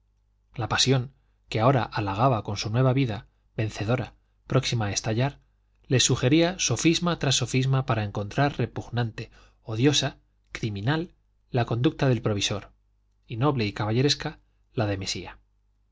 la pasión que ahora halagaba con su nueva vida vencedora próxima a estallar le sugería sofisma tras sofisma para encontrar repugnante odiosa criminal la conducta del provisor y noble y caballeresca la de mesía